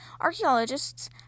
Archaeologists